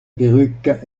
perruque